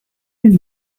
you